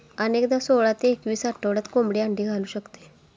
अनेकदा सोळा ते एकवीस आठवड्यात कोंबडी अंडी घालू शकते